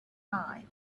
eye